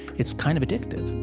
it's kind of addictive